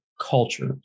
culture